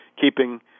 keeping